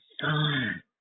son